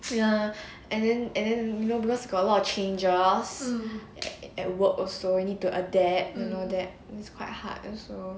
ya and then and then you know because got a lot of changes at work also you need to adapt you know that it's quite hard also